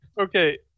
Okay